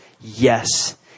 yes